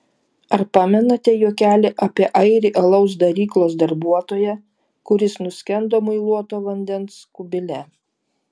ar pamenate juokelį apie airį alaus daryklos darbuotoją kuris nuskendo muiluoto vandens kubile